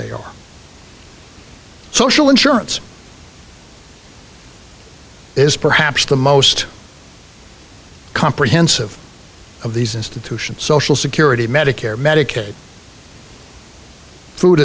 they are social insurance is perhaps the most comprehensive of these institutions social security medicare medicaid food